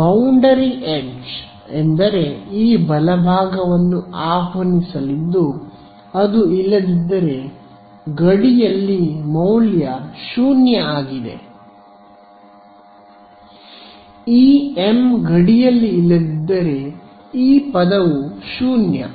boundary edge ಎಂದರೆ ಈ ಬಲಭಾಗವನ್ನು ಆಹ್ವಾನಿಸಲಿದ್ದು ಅದು ಇಲ್ಲದಿದ್ದರೆ ಗಡಿಯಲ್ಲಿ ಮೌಲ್ಯ 0 ಆಗಿದೆ ಈ ಎಂ ಗಡಿಯಲ್ಲಿ ಇಲ್ಲದಿದ್ದರೆ ಈ ಪದವು 0